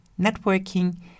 networking